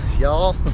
y'all